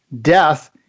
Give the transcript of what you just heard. death